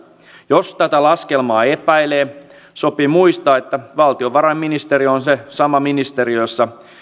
jos tätä laskelmaa epäilee sopii muistaa että valtiovarainministeriö on se sama ministeriö jossa